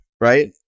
right